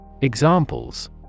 Examples